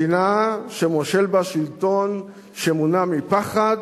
מדינה שמושל בה שלטון שמונע מפחד,